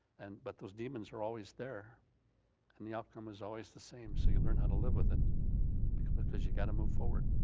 and but those demons are always there and the outcome is always the same, so you learn how to live with it because you gotta move forward.